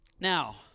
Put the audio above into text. Now